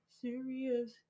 serious